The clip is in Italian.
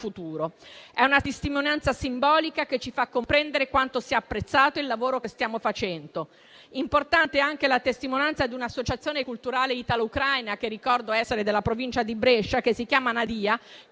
futuro. È una testimonianza simbolica che ci fa comprendere quanto sia apprezzato il lavoro che stiamo facendo. Importante è anche la testimonianza di un'associazione culturale italo-ucraina che ricordo essere della provincia di Brescia che si chiama Nadiya, che